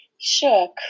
Sure